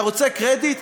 אתה רוצה קרדיט?